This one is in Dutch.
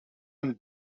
een